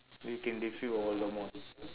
you can defeat voldemort